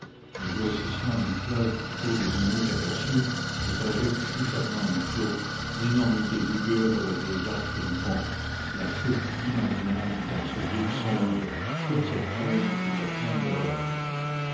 le grossissement du fleuve plutôt deviné qu'aperçu le tragique chuchotement du flot l'énormité lugubre des arches du pont la chute imaginable dans ce vide sombre toute cette ombre était pleine d'horreur